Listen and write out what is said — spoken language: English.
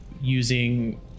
using